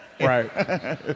Right